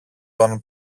τον